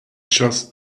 just